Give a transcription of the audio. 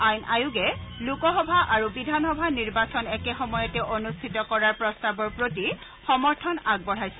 আইন আয়োগে লোকসভা আৰু বিধানসভা নিৰ্বাচন একে সময়তে অনুষ্ঠিত কৰাৰ প্ৰস্তাৱৰ প্ৰতি সমৰ্থন আগবঢ়াইছে